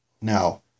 Now